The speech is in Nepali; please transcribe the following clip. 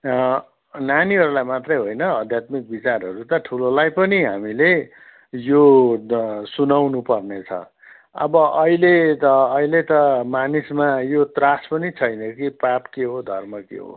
नानीहरूलाई मात्रै होइन आध्यात्मिक विचारहरू त ठुलोलाई पनि हामीले यो सुनाउनु पर्नेछ अब अहिले त अहिले त मानिसमा यो त्रास पनि छैन कि पाप के हो धर्म के हो